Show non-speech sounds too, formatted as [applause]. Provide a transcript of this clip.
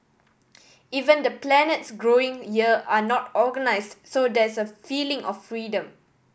even the [unintelligible] growing [unintelligible] are not organised so there's a feeling of freedom